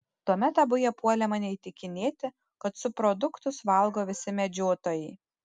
tuomet abu jie puolė mane įtikinėti kad subproduktus valgo visi medžiotojai